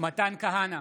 מתן כהנא,